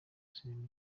sinema